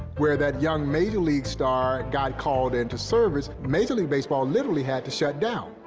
where that young major league stars got called into service, major league baseball literally had to shut down.